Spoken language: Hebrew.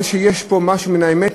סימן שיש פה משהו מן האמת.